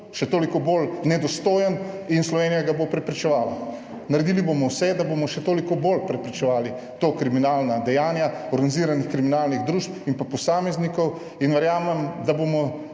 še toliko bolj nedostojen in Slovenija ga bo preprečevala. Naredili bomo vse, da bomo še toliko bolj preprečevali, to kriminalna dejanja organiziranih kriminalnih družb in pa posameznikov in verjamem, da bomo